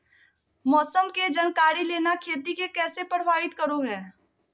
मौसम के जानकारी लेना खेती के कैसे प्रभावित करो है?